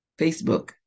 Facebook